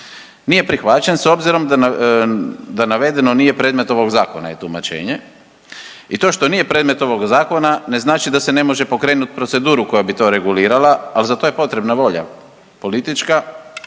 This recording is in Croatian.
nije prihvaćen s obzirom da navedeno nije predmet ovog zakona je tumačenje. I to što nije predmet ovog zakona ne znači da se ne može pokrenut proceduru koja bi to regulirala, ali za to je potrebna volja politička,